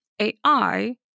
AI